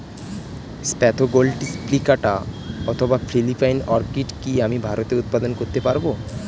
Spathoglottis plicata অথবা Philippine orchid কি আমি ভারতে উৎপাদন করতে পারবো?